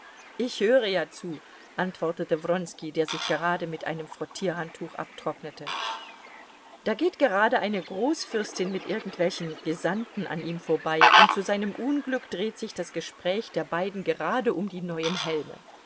ich höre ja zu antwortete wronski der sich gerade mit einem frottierhandtuch abtrocknete da geht gerade eine großfürstin mit irgendwelchem gesandten an ihm vorbei und zu seinem unglück dreht sich das gespräch der beiden gerade um die neuen helme